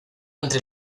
entre